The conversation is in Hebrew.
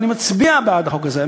ואני מצביע בעד החוק הזה,